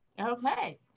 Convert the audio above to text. Okay